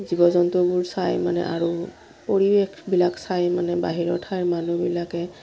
জীৱ জন্তুবোৰ চাই মানে আৰু পৰিৱেশবিলাক চাই মানে বাহিৰৰ ঠাইৰ মানুহবিলাকে